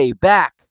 back